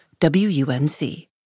WUNC